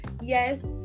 Yes